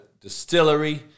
distillery